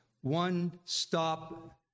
one-stop